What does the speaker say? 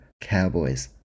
Cowboys